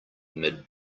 mid